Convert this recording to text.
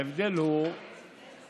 ההבדל הוא בדרך.